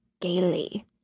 gaily